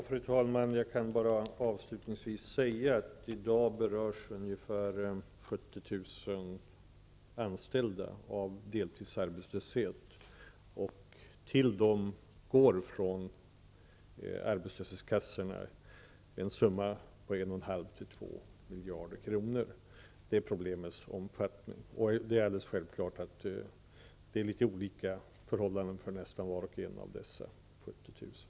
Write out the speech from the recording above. Fru talman! I dag berörs ungefär 70 000 anställda av deltidsarbetslöshet. Till dem går från arbetslöshetskassorna en summa på 1,5--2 miljarder kronor. Det är problemets omfattning. Det är olika förhållanden för nästan var och en av dessa 70 000.